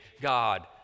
God